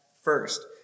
first